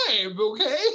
okay